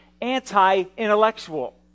anti-intellectual